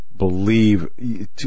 Believe